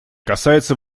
касается